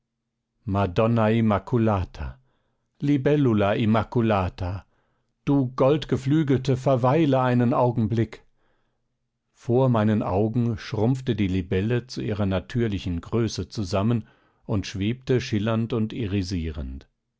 madonna immaculata libellula immaculata du goldgeflügelte verweile einen augenblick vor meinen augen schrumpfte die libelle zu ihrer natürlichen größe zusammen und schwebte schillernd und irisierend